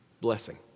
Blessing